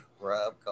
Rob